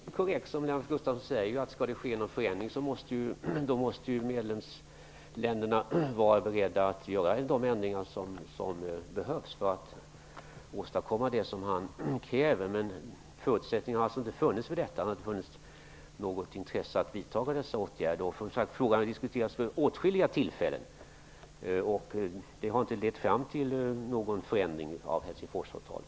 Herr talman! Det är korrekt som Lennart Gustavsson säger. Skall det ske någon förändring måste medlemsländerna vara beredda att göra de ändringar som behövs för att åstadkomma det som Lennart Gustavsson kräver. Förutsättningarna för detta har dock inte funnits. Det har inte funnits något intresse av att vidta dessa åtgärder. Frågan har som sagt diskuterats vid åtskilliga tillfällen, men det har inte lett fram till någon förändring av Helsingforsavtalet.